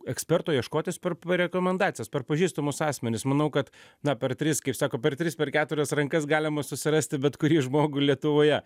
eksperto ieškotis per rekomendacijas per pažįstamus asmenis manau kad na per tris kaip sako per tris per keturias rankas galima susirasti bet kurį žmogų lietuvoje